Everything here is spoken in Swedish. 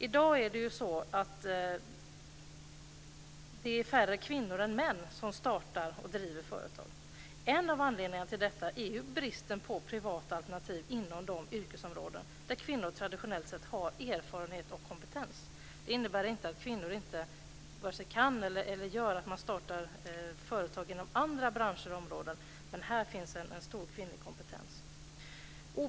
I dag är det färre kvinnor än män som startar och driver företag. En av anledningarna till detta är bristen på privata alternativ inom de yrkesområden där kvinnor traditionellt sett har erfarenhet och kompetens. Det innebär inte att kvinnor inte kan starta företag inom andra branscher och områden. Men här finns en stor kvinnlig kompetens.